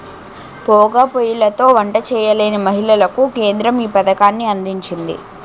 పోగా పోయ్యిలతో వంట చేయలేని మహిళలకు కేంద్రం ఈ పథకాన్ని అందించింది